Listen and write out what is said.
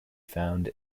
found